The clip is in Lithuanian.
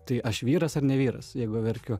tai aš vyras ar ne vyras jeigu verkiu